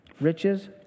Riches